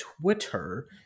Twitter